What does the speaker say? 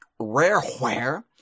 Rareware